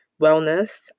wellness